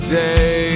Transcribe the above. day